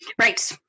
Right